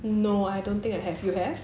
no I don't think I have you have